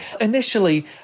Initially